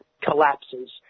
collapses